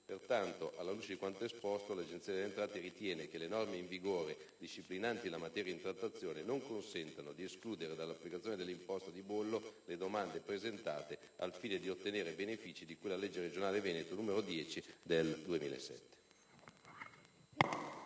Pertanto, alla luce di quanto esposto, l'Agenzia delle entrate ritiene che le norme in vigore disciplinanti la materia in trattazione non consentano di escludere dall'applicazione dell'imposta di bollo le domande presentate al fine di ottenere i benefici di cui alla legge regionale veneta n. 10 del 2007.